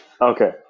Okay